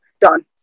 done